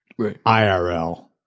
IRL